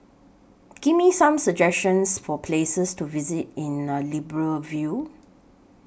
Give Me Some suggestions For Places to visit in Libreville